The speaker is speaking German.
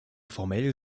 formell